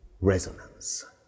resonance